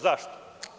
Zašto?